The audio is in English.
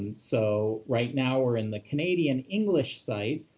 and so right now, we're in the canadian english site,